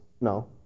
No